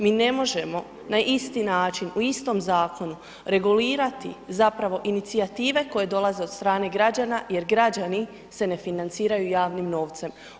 Mi ne možemo na isti način, u istom zakonu regulirati zapravo inicijative koje dolaze od strane građana jer građani se ne financiraju javnim novcem.